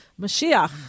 Mashiach